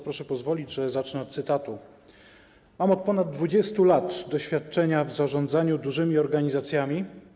Proszę pozwolić, że zacznę od cytatu: Mam od ponad 20 lat doświadczenia w zarządzaniu dużymi organizacjami.